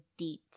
deets